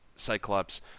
Cyclops